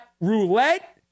roulette